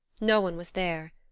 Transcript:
no one was there.